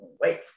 Wait